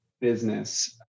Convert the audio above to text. business